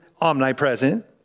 omnipresent